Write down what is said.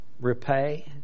repay